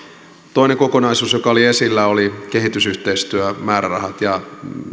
toinen kokonaisuus joka oli esillä oli kehitysyhteistyömäärärahat minä